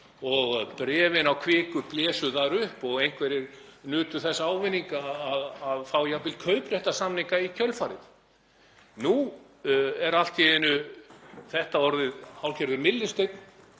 og bréfin í Kviku blésu upp og einhverjir nutu þess ávinnings að fá jafnvel kaupréttarsamninga í kjölfarið. Nú er allt í einu þetta orðið hálfgerður myllusteinn